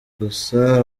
gusa